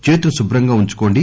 చేతులు కుభ్రంగా ఉంచుకోండి